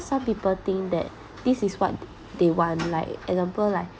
some people think that this is what they want like example like